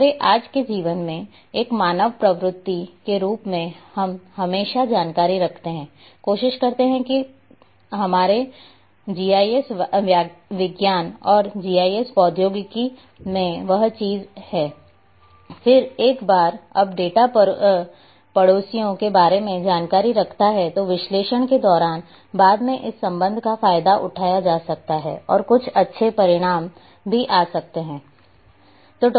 हमारे आज के जीवन में एक मानव प्रवृत्ति के रूप में हम हमेशा जानकारी रखते हैं कोशिश करते हैं पहमारे जीआईएस विज्ञान या जीआईएस प्रौद्योगिकी में वही चीजें हैं फिर एक बार जब डेटा पड़ोसियों के बारे में जानकारी रखता है तो विश्लेषण के दौरान बाद में इस संबंध का फायदा उठाया जा सकता है और कुछ अच्छे परिणाम भी आ सकते हैं